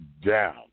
down